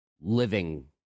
living